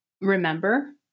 remember